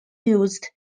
used